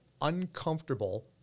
uncomfortable